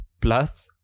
plus